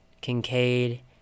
Kincaid